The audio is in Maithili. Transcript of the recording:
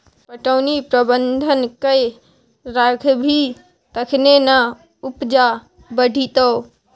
पटौनीक प्रबंधन कए राखबिही तखने ना उपजा बढ़ितौ